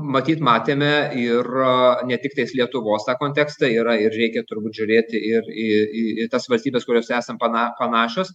matyt matėme ir ne tiktais lietuvos tą kontekstą yra ir reikia turbūt žiūrėti ir į į tas valstybes kurios esam pana panašūs